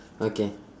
okay